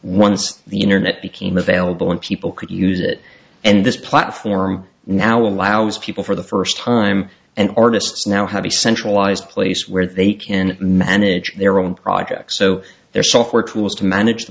the internet became available and people could use it and this platform now allows people for the first time and artists now have a centralized place where they can manage their own projects so their software tools to manage the